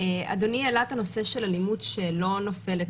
אדוני העלה את הנושא של אלימות שלא נופלת